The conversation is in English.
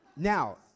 Now